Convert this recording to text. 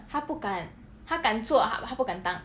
她不敢她敢做她不敢当